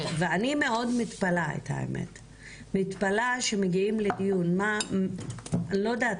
אני מאוד מתפלאת שמגיעים לדיון לא יודעת,